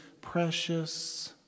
precious